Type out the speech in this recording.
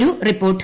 ഒരുറിപ്പോർട്ട്